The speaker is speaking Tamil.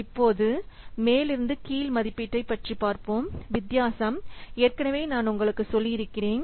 இப்போது மேலிருந்து கீழ் மதிப்பீட்டைப் பற்றி பார்ப்போம் வித்தியாசம் ஏற்கனவே நான் உங்களுக்குச் சொல்லியிருக்கிறேன்